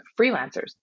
freelancers